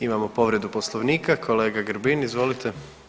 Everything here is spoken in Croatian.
Imamo povredu poslovnika, kolega Grbin izvolite.